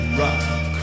rock